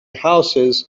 houses